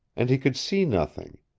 and he could see nothing.